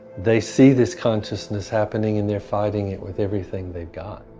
they see this consciousness happening and they are fighting it with everything they've got.